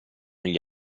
gli